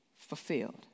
fulfilled